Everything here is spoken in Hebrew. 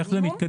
איך זה מתקדם?